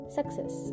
success